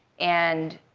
and